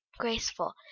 graceful